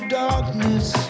darkness